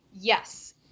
Yes